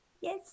yes